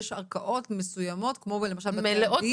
יש ערכאות מסוימות כמו למשל בתי הדין